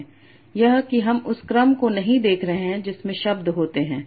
यह कि हम उस क्रम को नहीं देख रहे हैं जिसमें शब्द होते हैं